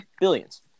Billions